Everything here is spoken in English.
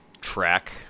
track